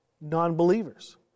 non-believers